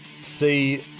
see